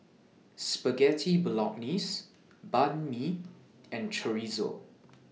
Spaghetti Bolognese Banh MI and Chorizo